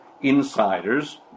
insiders